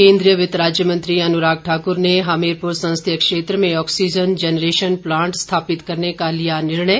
केंद्रीय वित्त राज्य मंत्री अनुराग ठाकुर ने हमीरपुर संसदीय क्षेत्र में ऑक्सीजन जेनरेशन प्लांट स्थापित करने का लिया निर्णय